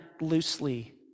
loosely